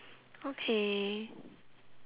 okay